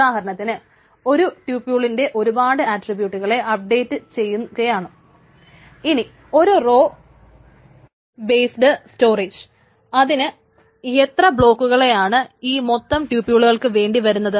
ഉദാഹരണത്തിന് ഒരു ട്യൂപ്യൂളിന്റെ ഒരുപാട് ആട്രിബ്യൂട്ടുകളെ അപ്ഡേറ്റ് ചെയ്യുകയാണ് ഇനി ഒരു റോ ബെയ്സ്ട് സ്റ്റോറേജിന് എത്ര ബ്ളോക്കുകളെയാണ് ഈ മൊത്തം ട്യൂപൂളുകൾക്ക് വേണ്ടി വരുന്നത്